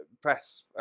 Press